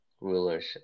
rulers